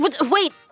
Wait